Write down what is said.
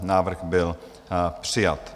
Návrh byl přijat.